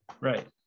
Right